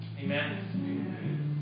Amen